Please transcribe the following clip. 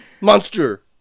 Monster